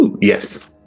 yes